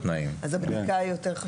אז הבדיקה היא יותר חשובה.